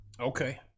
Okay